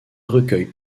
recueille